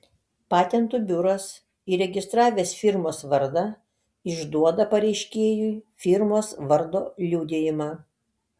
patentų biuras įregistravęs firmos vardą išduoda pareiškėjui firmos vardo liudijimą